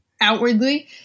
outwardly